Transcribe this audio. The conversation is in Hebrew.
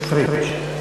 בבקשה, אדוני.